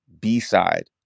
B-side